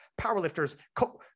powerlifters